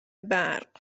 برق